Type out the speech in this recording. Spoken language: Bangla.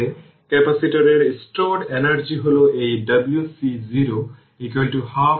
আমি বলতে চাচ্ছি যে এটি এনার্জিতে v vt v0 e